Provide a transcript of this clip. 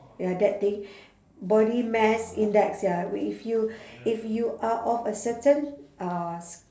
ya that thing body mass index ya if you if you are of a certain uh s~